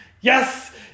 yes